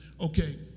Okay